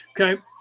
Okay